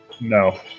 No